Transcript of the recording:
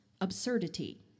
absurdity